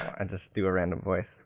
and just do a random voice